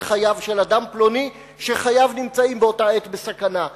חייו של אדם פלוני שחייו נמצאים באותה עת בסכנה.